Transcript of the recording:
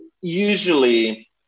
usually